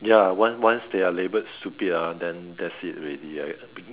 ya one once they are labelled stupid ah then that's it already ah it's a big